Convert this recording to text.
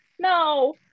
No